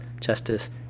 Justice